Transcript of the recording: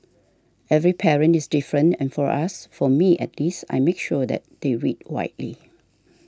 every parent is different and for us for me at least I make sure that they read widely